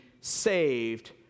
saved